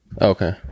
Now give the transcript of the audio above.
okay